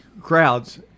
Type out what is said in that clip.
crowds